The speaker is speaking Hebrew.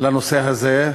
לנושא הזה,